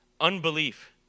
unbelief